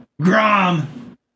Grom